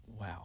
Wow